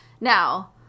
Now